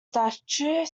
statue